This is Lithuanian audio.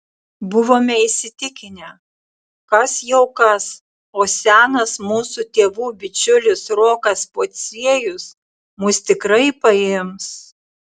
buvome įsitikinę kas jau kas o senas mūsų tėvų bičiulis rokas pociejus mus tikrai paims